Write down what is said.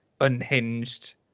unhinged